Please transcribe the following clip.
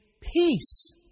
peace